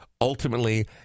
ultimately